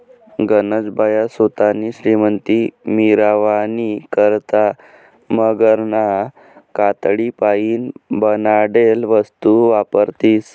गनज बाया सोतानी श्रीमंती मिरावानी करता मगरना कातडीपाईन बनाडेल वस्तू वापरतीस